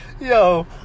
yo